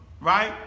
right